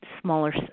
smaller